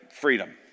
freedom